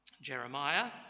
Jeremiah